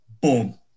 Boom